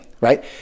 right